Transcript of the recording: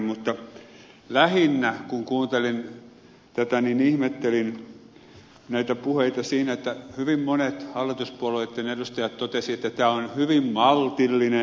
mutta lähinnä kun kuuntelin tätä ihmettelin näitä puheita siitä kun hyvin monet hallituspuolueitten edustajat totesivat että tämä on hyvin maltillinen